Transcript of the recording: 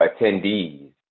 attendees